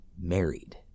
married